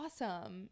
awesome